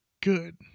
good